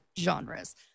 genres